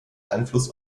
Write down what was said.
einfluss